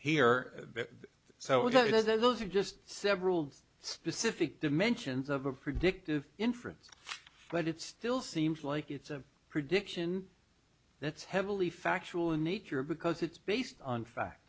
here so it is those are just several specific dimensions of a predictive inference but it still seems like it's a prediction that's heavily factual in nature because it's based on fact